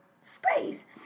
space